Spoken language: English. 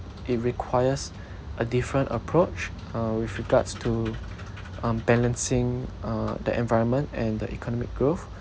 it requires a different approach uh with regards to um balancing uh the environment and the economic growth